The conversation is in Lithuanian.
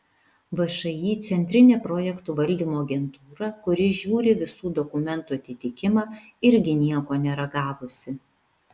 všį centrinė projektų valdymo agentūra kuri žiūri visų dokumentų atitikimą irgi nieko nėra gavusi